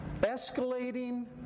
escalating